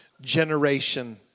generation